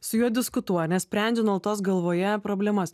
su juo diskutuoja ne sprendžia nuolatos galvoje problemas